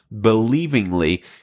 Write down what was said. believingly